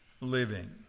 living